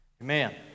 Amen